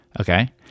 Okay